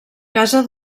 casa